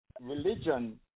religion